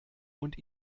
und